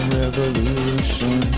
revolution